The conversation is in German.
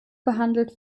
behandelt